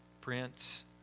Prince